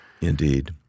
Indeed